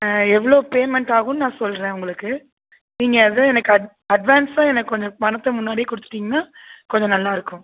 எவ்வளோ பேமெண்ட் ஆகும்னு நான் சொல்லுறேன் உங்களுக்கு நீங்கள் அதை எனக்கு அட் அட்வான்ஸாக எனக்கு கொஞ்சம் பணத்தை முன்னாடியே கொடுத்துட்டீங்கனா கொஞ்சம் நல்லாருக்கும்